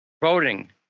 voting